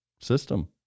system